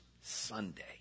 Sunday